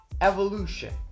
evolution